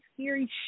scary